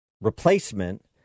replacement